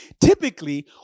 typically